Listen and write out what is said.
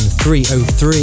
303